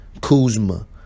Kuzma